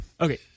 Okay